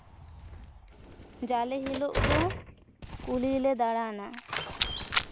ᱡᱟᱞᱮ ᱦᱤᱞᱳᱜ ᱫᱚ ᱠᱩᱞᱦᱤ ᱞᱮ ᱫᱟᱬᱟᱱᱟ